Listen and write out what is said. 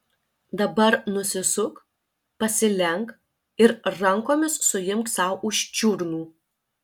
dabar nusisuk pasilenk ir rankomis suimk sau už čiurnų